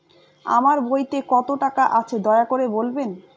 আমার বইতে কত টাকা আছে দয়া করে বলবেন?